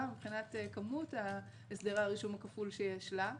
מבחינת כמות הסדרי הרישום הכפול שיש לה,